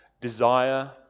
desire